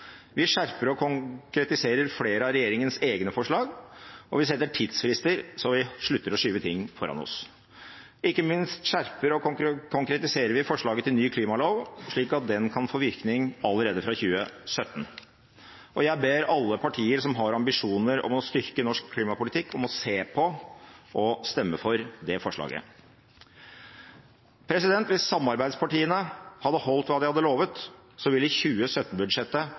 Vi skjerper og konkretiserer flere av regjeringens egne forslag, og vi setter tidsfrister, slik at vi slutter å skyve ting foran oss. Ikke minst skjerper og konkretiserer vi forslaget til ny klimalov, slik at den kan få virkning allerede fra 2017. Jeg ber alle partier som har ambisjoner om å styrke norsk klimapolitikk, om å se på og stemme for det forslaget. Hvis samarbeidspartiene hadde holdt hva de lovet, ville